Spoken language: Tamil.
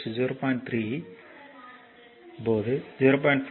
3 எனவே இங்கே எழுதும் போது 0